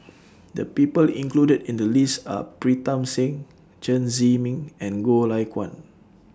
The People included in The list Are Pritam Singh Chen Zhiming and Goh Lay Kuan